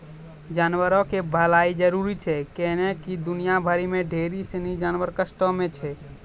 जानवरो के भलाइ जरुरी छै कैहने कि दुनिया भरि मे ढेरी सिनी जानवर कष्टो मे छै